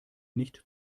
nicht